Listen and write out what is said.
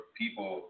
people